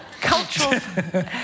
Cultural